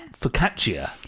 Focaccia